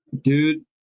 dude